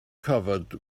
covered